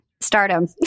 Stardom